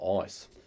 ice